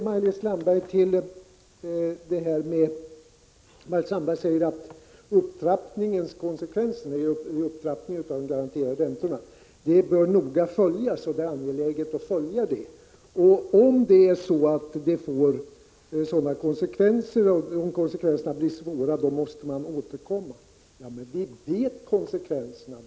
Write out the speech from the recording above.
Maj-Lis Landberg säger att det är angeläget att noga följa konsekvenserna av upptrappningen av de garanterade räntorna och menar att man måste återkomma till denna fråga om konsekvenserna blir svåra. Ja, men vi känner till konsekvenserna.